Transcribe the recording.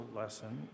lesson